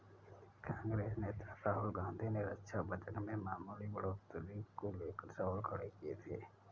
कांग्रेस नेता राहुल गांधी ने रक्षा बजट में मामूली बढ़ोतरी को लेकर सवाल खड़े किए थे